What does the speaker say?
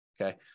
okay